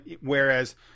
whereas